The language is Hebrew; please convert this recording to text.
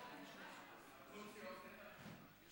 אין